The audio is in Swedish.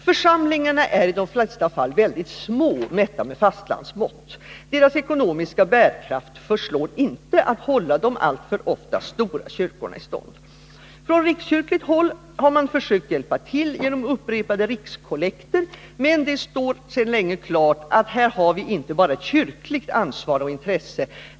Församlingarna är i de flesta fall mycket små, mätt med fastlandsmått. Deras ekonomiska bärkraft förslår inte att hålla de ofta alltför stora kyrkorna i stånd. Från rikskyrkligt håll har man försökt hjälpa till genom upprepade rikskollekter. Men det står sedan länge klart att vi här har att göra med ett inte bara kyrkligt ansvar och intresse.